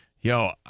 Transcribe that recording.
yo